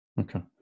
okay